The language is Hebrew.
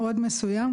מאוד מסוים,